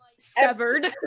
severed